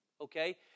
Okay